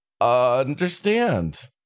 understand